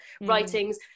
writings